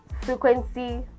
frequency